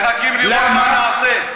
הם מחכים לראות מה נעשה.